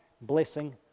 blessing